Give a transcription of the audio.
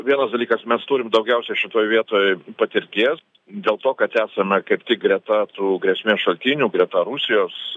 vienas dalykas mes turim daugiausia šitoj vietoj patirties dėl to kad esame kaip tik greta tų grėsmės šaltinių greta rusijos